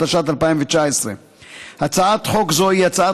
התשע"ט 2019. הצעת חוק זו היא הצעת